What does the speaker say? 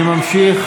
אני ממשיך